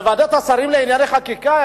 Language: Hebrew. בוועדת השרים לענייני חקיקה,